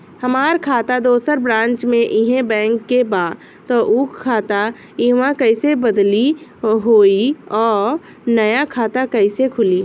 हमार खाता दोसर ब्रांच में इहे बैंक के बा त उ खाता इहवा कइसे बदली होई आ नया खाता कइसे खुली?